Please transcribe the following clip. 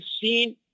seen